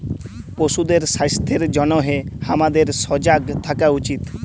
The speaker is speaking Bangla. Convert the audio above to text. পশুদের স্বাস্থ্যের জনহে হামাদের সজাগ থাকা উচিত